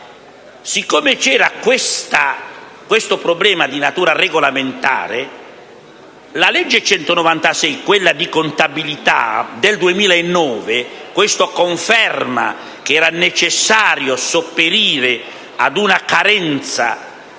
Siccome c'era questo problema di natura regolamentare, la legge n. 196 del 2009 (la legge di contabilità) - questo conferma che era necessario sopperire ad una carenza